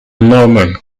norman